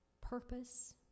purpose